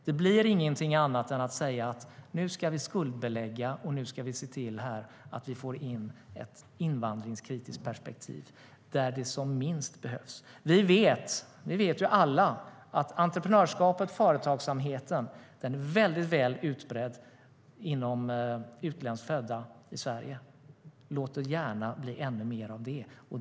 Det blir ingenting annat än att säga: Nu ska vi skuldbelägga, och nu ska vi se till att vi får in ett invandringskritiskt perspektiv där det som minst behövs. Vi vet alla att entreprenörskapet och företagsamhet är väldigt väl utbrett i Sverige bland dem som är utländskt födda. Låt det gärna blir ännu mer av det.